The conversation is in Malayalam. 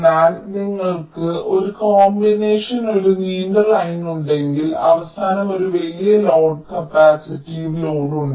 എന്നാൽ നിങ്ങൾക്ക് ഒരു കോമ്പിനേഷൻ ഒരു നീണ്ട ലൈൻ ഉണ്ടെങ്കിൽ അവസാനം ഒരു വലിയ ലോഡ് കപ്പാസിറ്റീവ് ലോഡ് ഉണ്ട്